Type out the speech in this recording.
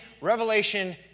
Revelation